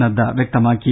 നദ്ദ വ്യക്തമാക്കി